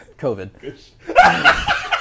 COVID